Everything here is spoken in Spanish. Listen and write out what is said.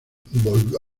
volvió